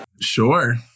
Sure